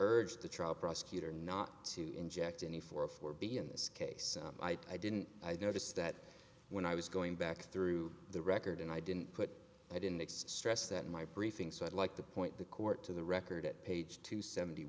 urged the trial prosecutor not to inject any four or four b in this case i didn't notice that when i was going back through the record and i didn't put it in next stress that my briefing so i'd like to point the court to the record at page two seventy